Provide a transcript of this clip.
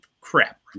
crap